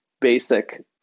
basic